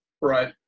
Right